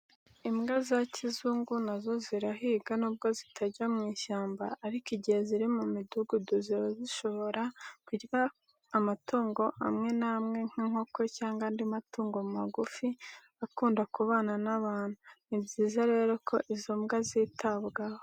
Imbwa za kizungu na zo zirahiga nubwo zitajya mu ishyamba ariko igihe ziri mu midugudu ziba zishobora kurya amatungo amwe n'amwe nk'inkoko cyangwa andi matungo magufo akunda kubana n'abantu. Ni byiza rero ko izo mbwa zitabwaho.